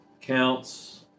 counts